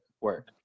work